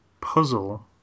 puzzle